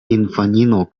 infanino